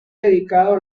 dedicado